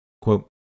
Quote